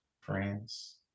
France